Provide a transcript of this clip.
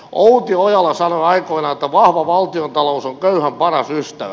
outi ojala sanoi aikoinaan että vahva valtiontalous on köyhän paras ystävä